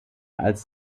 als